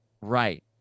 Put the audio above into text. right